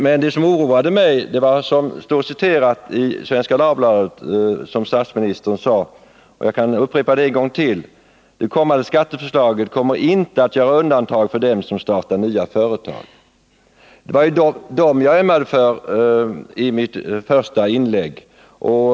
Men det som oroat mig är det uttalande av statsministern som står citerat i Svenska Dagbladet, och jag kan upprepa det: Det kommande skatteförslaget kommer inte att göra undantag för dem som startar nya företag. Det var ju dem jag ömmade för i mitt första inlägg.